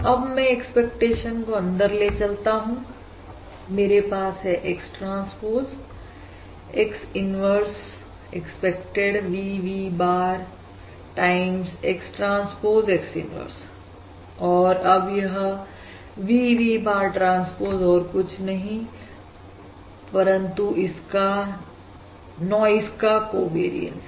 अब मैं expectation operator को अंदर ले चलता हूं मेरे पास है X transpose X inverse expected V V bar time X transpose X inverse और अब यह V V bar ट्रांसपोज और कुछ नहीं परंतु का नॉइज का कोवेरियंस है